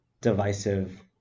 divisive